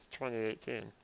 2018